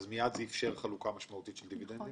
זה מיד איפשר חלוקה משמעותית של דיבידנדים?